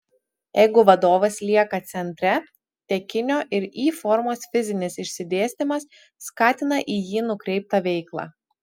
jeigu vadovas lieka centre tekinio ir y formos fizinis išsidėstymas skatina į jį nukreiptą veiklą